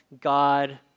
God